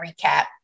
recap